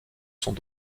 sont